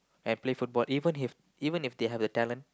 and play football even if even if they have the talent